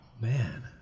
Man